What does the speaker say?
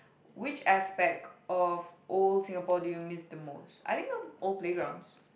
which aspect of old Singapore do you miss the most I think the old playgrounds